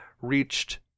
reached